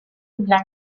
london